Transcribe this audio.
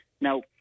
Now